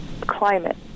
climate